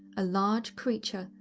a large creature,